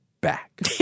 back